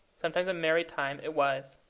sometimes a merry time it was.